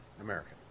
American